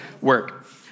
work